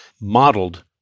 modeled